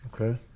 Okay